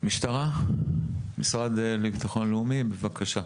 המשרד לביטחון לאומי, בבקשה.